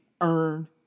earn